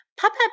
Papa